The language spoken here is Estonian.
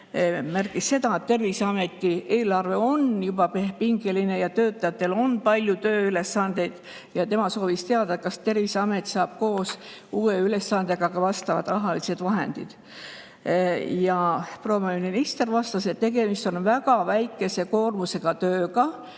märkis seda, et Terviseameti eelarve on juba pingeline ja töötajatel on palju tööülesandeid. Ta soovis teada, kas Terviseamet saab koos uue ülesandega ka vastavad rahalised vahendid. Proua minister vastas, et tegemist on väga väikese koormusega tööga,